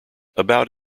about